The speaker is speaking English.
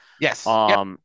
yes